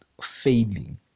failing